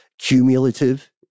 cumulative